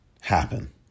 happen